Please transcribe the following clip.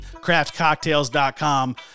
craftcocktails.com